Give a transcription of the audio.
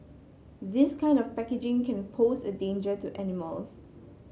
this kind of packaging can pose a danger to animals